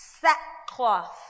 Sackcloth